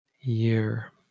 year